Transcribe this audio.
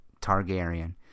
Targaryen